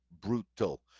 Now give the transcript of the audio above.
brutal